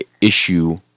issue